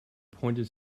pointed